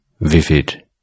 vivid